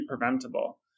preventable